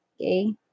okay